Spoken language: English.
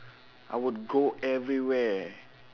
I would go everywhere